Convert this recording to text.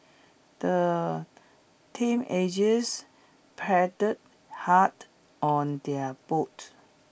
the teenagers paddled hard on their boat